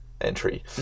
entry